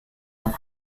and